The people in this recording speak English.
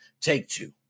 Take-Two